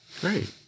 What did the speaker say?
Great